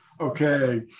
Okay